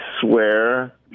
swear